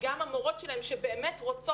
גם המורות של הילדים בכיתות אלה באמת רוצות